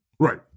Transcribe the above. Right